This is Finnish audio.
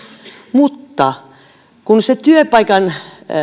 mutta sen työpaikan